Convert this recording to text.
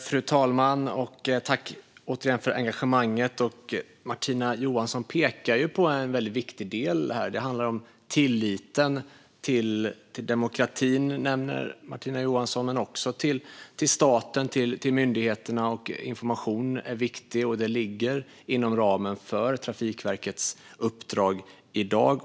Fru talman! Tack återigen för engagemanget. Martina Johansson pekar på en väldigt viktig del. Det handlar om tilliten till demokratin, som Martina Johansson nämner, men också till staten och myndigheterna. Information är viktig. Det ligger inom ramen för Trafikverkets uppdrag i dag.